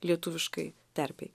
lietuviškai terpei